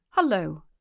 Hello